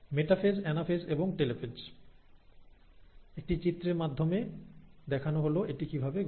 prophase এ কি হয়